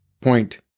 point